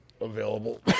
available